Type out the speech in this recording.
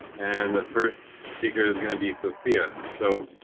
and the first speaker is going to be sophia. so,